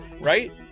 right